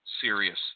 serious